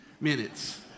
minutes